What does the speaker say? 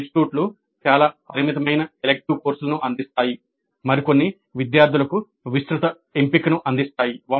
కొన్ని ఇన్స్టిట్యూట్లు చాలా పరిమితమైన ఎలిక్టివ్ కోర్సులను అందిస్తాయి మరికొన్ని విద్యార్థులకు విస్తృత ఎంపికను అందిస్తాయి